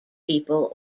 people